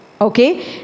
Okay